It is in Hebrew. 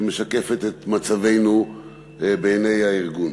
שמשקפת את מצבנו בעיני הארגון.